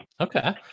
Okay